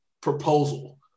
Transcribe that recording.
proposal